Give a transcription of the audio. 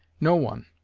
no one,